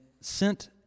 sent